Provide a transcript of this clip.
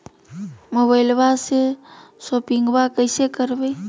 मोबाइलबा से शोपिंग्बा कैसे करबै?